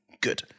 Good